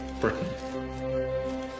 Britain